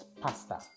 pasta